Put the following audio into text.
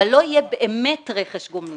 אבל לא יהיה באמת רכש גומלין.